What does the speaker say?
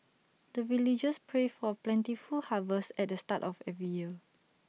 the villagers pray for plentiful harvest at the start of every year